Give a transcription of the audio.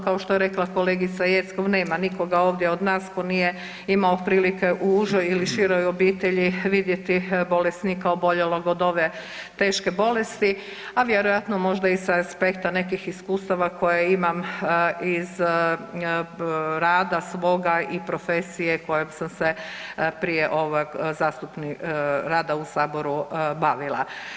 Kao što je rekla kolegica Jeckov nema nikoga ovdje od nas tko nije imao prilike u užoj ili široj obitelji vidjeti bolesnika oboljelog od ove teške bolesti, a vjerojatno možda i sa aspekta nekih iskustava koje imam iz rada svoga i profesije kojom sam se prije ovog rada u Saboru bavila.